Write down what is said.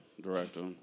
director